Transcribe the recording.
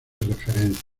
referencia